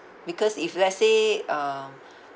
because if let's say um